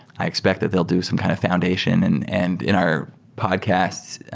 i expect that they'll do some kind of foundation, and and in our podcasts,